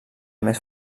més